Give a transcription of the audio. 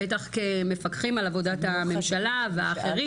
בטח כמפקחים על עבודת הממשלה והאחרים,